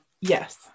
yes